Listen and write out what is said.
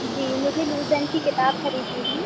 जी मुझे लूसेन्ट की किताब ख़रीदनी थी